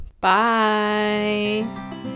Bye